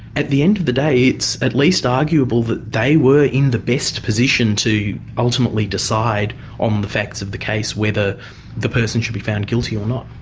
at the end of the day it's at least arguable that they were in the best position to ultimately decide on the facts of the case whether the person should be found guilty or not.